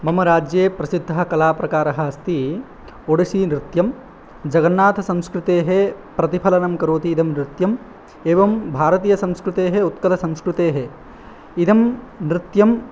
मम राज्ये प्रसिद्धः कलाप्रकारः अस्ति ओडिसीनृत्यं जगन्नाथसंस्कृतेः प्रतिफलनं करोति इदं नृत्यम् एवं भारतीयसंस्कृतेः उत्कलसंस्कृतेः इदं नृत्यं